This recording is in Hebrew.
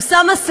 אוסאמה סעדי,